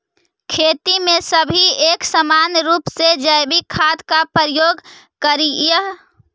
खेती में सभी एक समान रूप से जैविक खाद का प्रयोग करियह